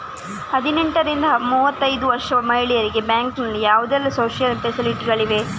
ಹದಿನೆಂಟರಿಂದ ಮೂವತ್ತೈದು ವರ್ಷ ಮಹಿಳೆಯರಿಗೆ ಬ್ಯಾಂಕಿನಲ್ಲಿ ಯಾವುದೆಲ್ಲ ಸೋಶಿಯಲ್ ಫೆಸಿಲಿಟಿ ಗಳಿವೆ?